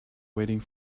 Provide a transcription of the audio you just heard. waiting